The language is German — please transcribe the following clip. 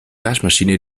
waschmaschine